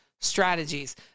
Strategies